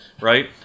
right